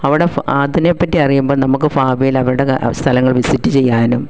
അവിടെ അതിനെ പറ്റി അറിയുമ്പം നമുക്ക് ഭാവിയിൽ അവരുടെ സ്ഥലങ്ങൾ വിസിറ്റ് ചെയ്യാനും